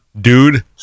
dude